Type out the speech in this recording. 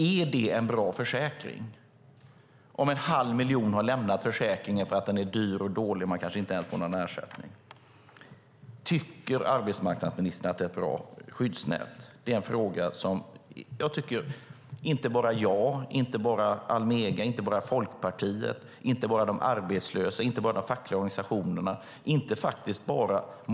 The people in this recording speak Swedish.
Är det en bra försäkring om en halv miljon har lämnat försäkringen för att den är dyr och dålig och för att man kanske inte ens får någon ersättning? Tycker arbetsmarknadsministern att det är ett bra skyddsnät? Den här frågan vill inte bara jag, Almega, Folkpartiet, de arbetslösa och de fackliga organisationerna ha svar på.